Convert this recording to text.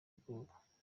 ubwoba